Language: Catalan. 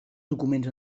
documents